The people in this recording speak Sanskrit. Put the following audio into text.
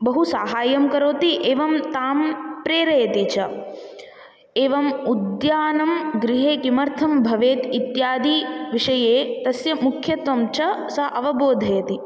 बहुसाहाय्यं करोति एवं तां प्रेरयति च एवम् उद्यानं गृहे किमर्थं भवेत् इत्यादि विषये तस्य मुख्यत्वञ्च सा अवबोधयति